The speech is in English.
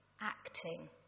acting